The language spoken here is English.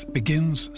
begins